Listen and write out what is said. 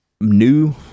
new